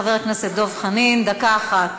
חבר הכנסת דב חנין, דקה אחת.